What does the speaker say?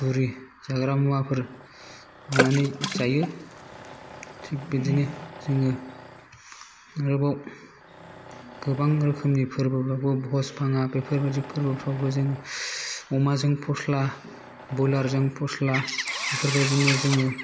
फुरि जाग्रा मुवाफोर लानानै जायो थिक बेदिनो जोङो आरोबाव गोबां रोखोमनि फोरबो भस भाङा बेफोरबायदि फोरबोफ्रावबो जोङो अमाजों पस्ला बयलारजों पस्ला बेफोरबायदिनो जोङो